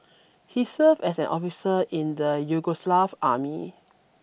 he served as an officer in the Yugoslav army